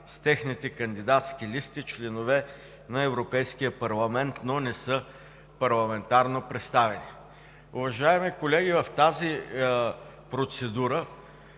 с техните кандидатски листи членове на Европейския парламент, но не са парламентарно представени. Уважаеми колеги, в тази процедура,